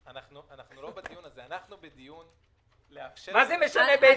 גם הם ייפגעו בגלל אותו מנגנון איזון וערבות הדדית